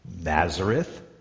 Nazareth